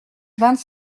vingt